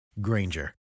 Granger